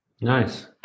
Nice